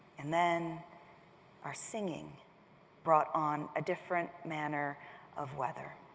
and then our singing brought on a different manner of weather.